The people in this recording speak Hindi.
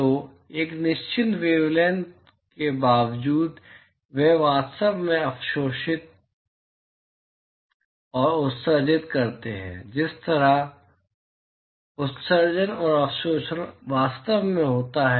तो एक निश्चित वेवलैंथ के बावजूद वे वास्तव में अवशोषित और उत्सर्जित करते हैं जिस पर उत्सर्जन और अवशोषण वास्तव में होता है